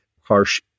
harsh